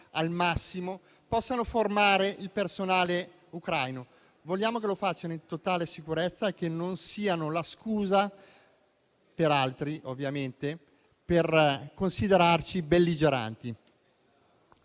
al massimo, possano formare il personale ucraino. Vogliamo che lo facciano in totale sicurezza e che non siano la scusa - per altri, ovviamente - per considerarci belligeranti.